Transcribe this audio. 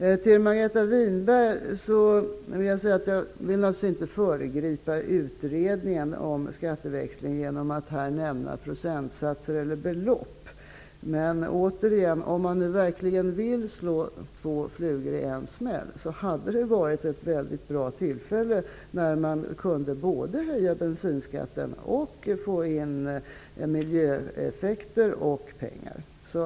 Till Margareta Winberg vill jag säga att jag naturligtvis inte vill föregripa utredningen om skatteväxlingen genom att här nämna procentsatser eller belopp, men jag vill återigen säga att det, om man nu vill slå två flugor i en smäll, hade varit ett bra tillfälle att göra det när man kunde höja bensinskatten och på så sätt få både miljöeffekter och pengar.